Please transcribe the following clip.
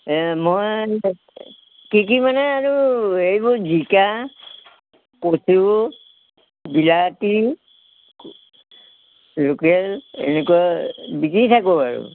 এই মই কি কি মানে আৰু এইবোৰ জিকা কচু বিলাতী লোকেল এনেকুৱা বিকি থাকোঁ আৰু